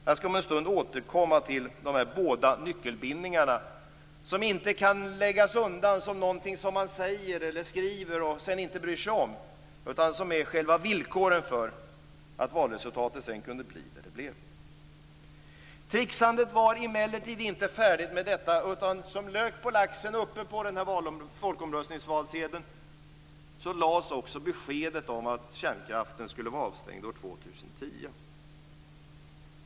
Jag skall om en stund återkomma till de båda nyckelbindningarna som inte kan läggas undan som någonting som man säger eller skriver och sedan inte bryr sig om, utan som är själva villkoren för att valresultatet sedan kunde bli vad det blev. Tricksandet var emellertid inte färdigt med detta. Som lök på laxen lades på folkomröstningsvalsedeln också beskedet om kärnkraften skulle vara avstängd år 2010.